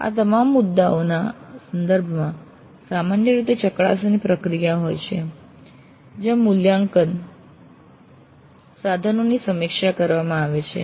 આ તમામ મુદ્દાઓના સંદર્ભમાં સામાન્ય રીતે ચકાસણી પ્રક્રિયા હોય છે જ્યાં મૂલ્યાંકન સાધનોની સમીક્ષા કરવામાં આવે છે